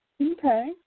Okay